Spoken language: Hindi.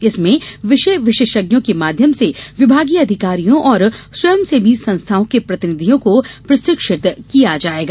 इसमें विषय विशेषज्ञों के माध्यम से विभागीय अधिकारियों और स्वयंसेवी संस्थाओं के प्रतिनिधियों को प्रशिक्षित किया जायेगा